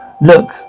look